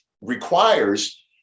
requires